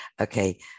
Okay